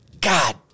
God